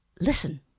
listen